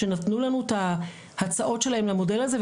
שנתנו לנו את הצעות שלהם למודל הזה,